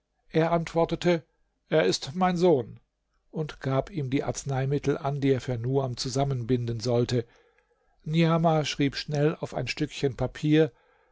er antwortete es ist mein sohn und gab ihm die arzneimittel an die er für nuam zusammenbinden sollte niamah schrieb schnell auf ein stückchen papier